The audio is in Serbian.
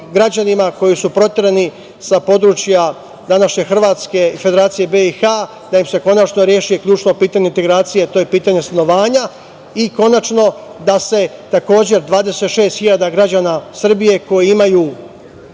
građanima koji su proterani sa područja današnje Hrvatske, Federacije BiH, da im se konačno reši ključno pitanje integracije, pitanje stanovanja i da se omogući 26.000 građana Srbije koji imaju